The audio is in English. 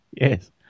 Yes